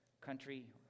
country